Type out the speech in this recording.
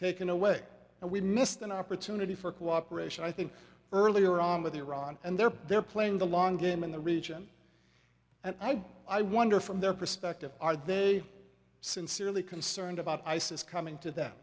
taken away and we missed an opportunity for cooperation i think earlier on with iran and they're they're playing the long game in the region and i don't i wonder from their perspective are they sincerely concerned about isis coming to th